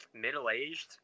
middle-aged